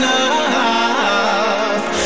enough